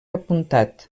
apuntat